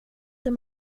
det